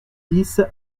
dix